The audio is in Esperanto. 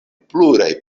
pluraj